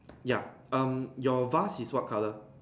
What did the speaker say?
ya um your vase is what color